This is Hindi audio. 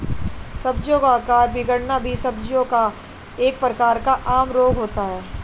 सब्जियों का आकार बिगड़ना भी सब्जियों का एक प्रकार का आम रोग होता है